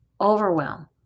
overwhelm